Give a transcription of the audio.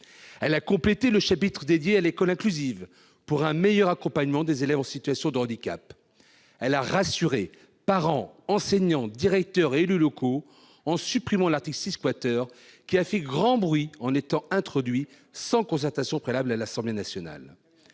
Elle a complété le chapitre dédié à l'école inclusive pour un meilleur accompagnement des élèves en situation de handicap. Elle a rassuré parents, enseignants, directeurs et élus locaux, en supprimant l'article 6 , qui a fait grand bruit en étant introduit sans concertation préalable à l'Assemblée nationale.